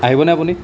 আহিব নে আপুনি